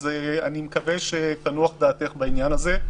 אז אני מקווה שתנוח דעתך בעניין הזה.